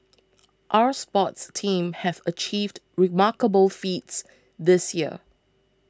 our sports teams have achieved remarkable feats this year